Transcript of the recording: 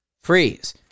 freeze